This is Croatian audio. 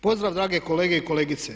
Pozdrav drage kolege i kolegice!